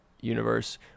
universe